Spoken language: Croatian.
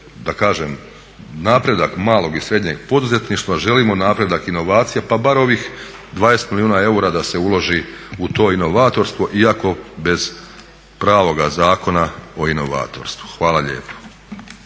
da kažem napredak malog i srednjeg poduzetništva želimo napredak inovacija pa bar ovih 20 milijuna eura da se uloži u to inovatorstvo iako bez pravoga zakona o inovatorstvu. Hvala vam lijepa.